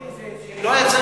אף אחד לא מתלהב.